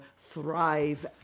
Thrive